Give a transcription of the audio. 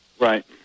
Right